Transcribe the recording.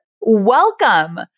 welcome